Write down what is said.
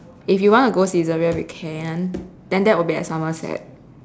if you want to go Saizeriya we can then that will be at Somerset